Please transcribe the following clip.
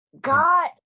God